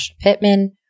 Pittman